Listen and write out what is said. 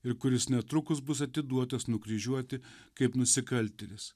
ir kuris netrukus bus atiduotas nukryžiuoti kaip nusikaltėlis